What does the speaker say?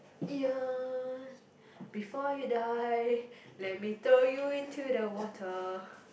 ya before you die let me throw you into the water